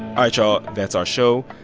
all right, y'all, that's our show.